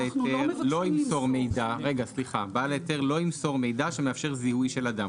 ההיתר לא ימסור מידע שמאפשר זיהוי של אדם,